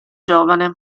giovane